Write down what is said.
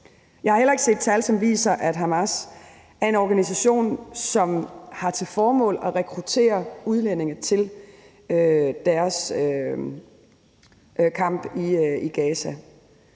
Jeg har heller ikke set tal, som viser, at Hamas er en organisation, som har til formål at rekruttere udlændinge til deres kamp i Gaza.